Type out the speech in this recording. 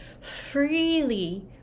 freely